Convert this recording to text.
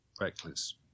reckless